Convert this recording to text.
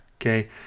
Okay